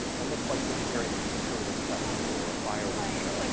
almost like they're preparing for some sort of a festival or a fireworks show. like